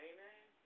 Amen